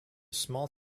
small